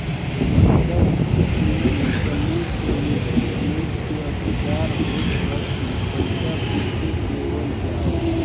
मतलब इ की एमे समूह के व्यक्ति लोग के अधिकार होत ह की पईसा केके देवल जाओ